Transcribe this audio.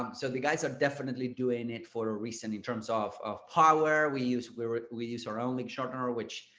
um so the guys are definitely doing it for a recent in terms of of power we use, we use our own link shortener which,